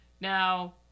Now